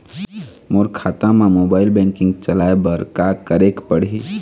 मोर खाता मा mobile banking चलाए बर का करेक पड़ही?